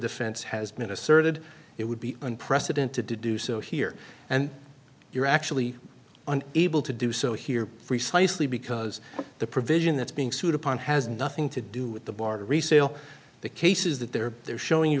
defense has been asserted it would be unprecedented to do so here and you're actually an able to do so here recently because the provision that's being sued upon has nothing to do with the bar to resale the cases that they're they're showing you